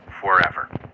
forever